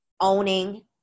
owning